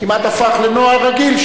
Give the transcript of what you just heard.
כמעט הפך לנוהל רגיל,